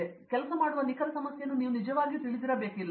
ನೀವು ಕೆಲಸ ಮಾಡುವ ನಿಖರ ಸಮಸ್ಯೆಯನ್ನು ನೀವು ನಿಜವಾಗಿಯೂ ತಿಳಿದಿರಬೇಕಿಲ್ಲ